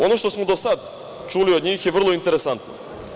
Ono što smo do sada čuli od njih je vrlo interesantno.